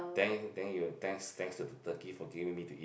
then then you thanks thanks to the turkey for giving me to eat